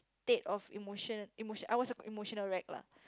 state of emotion emotion I was a emotional wreck lah